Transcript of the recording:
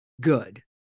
good